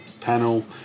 panel